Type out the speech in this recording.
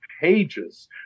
pages